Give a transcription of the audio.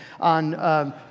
on